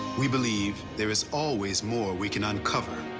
we believe there is always more we can uncover